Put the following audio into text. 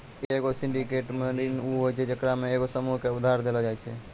एगो सिंडिकेटेड ऋण उ होय छै जेकरा मे एगो समूहो के उधार देलो जाय छै